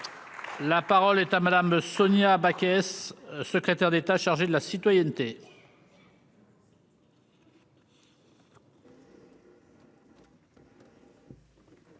La parole est à madame Sonia Backès s'secrétaire d'État chargée de la citoyenneté.